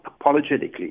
apologetically